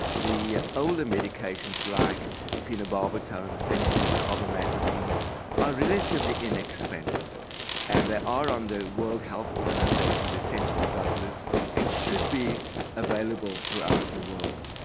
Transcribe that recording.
the older medications like phenobarbital, and phenytoin and carbamazepine are relatively inexpensive and they are on the world health organization's essential drug list and should be available throughout the world.